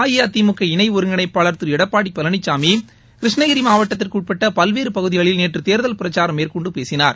அஇஅதிமுக இணை ஒருங்கிணைப்பாளர் திரு எடப்பாடி பழனிசாமி கிருஷ்ணகிரி மாவட்டத்திற்கு உட்பட்ட பல்வேறு பகுதிகளில் நேற்று தேர்தல் பிரச்சாரம் மேற்கொண்டு பேசினார்